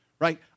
Right